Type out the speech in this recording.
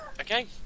Okay